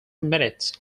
minutes